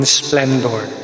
splendor